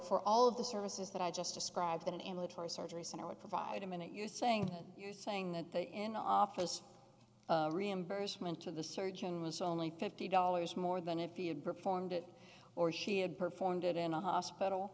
for all of the services that i just described that in lootera surgery center would provide a minute you're saying you're saying that the in office reimbursement to the surgeon was only fifty dollars more than if you had performed it or she had performed it in a hospital